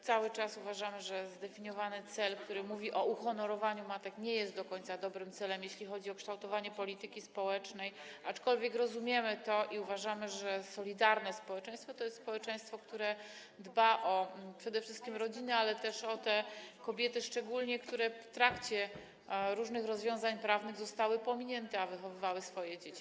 Cały czas uważamy, że zdefiniowany cel, którym jest uhonorowanie matek, nie jest do końca dobrym celem, jeśli chodzi o kształtowanie polityki społecznej, aczkolwiek rozumiemy to podejście i uważamy, że solidarne społeczeństwo to jest społeczeństwo, które dba przede wszystkim o rodzinę, ale też o te kobiety szczególnie, które w różnych rozwiązaniach prawnych zostały pominięte, a wychowywały swoje dzieci.